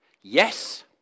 Yes